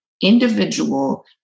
individual